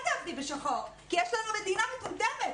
כן תעבדי בשחור כי יש לנו מדינה מטומטמת.